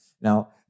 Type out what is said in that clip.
Now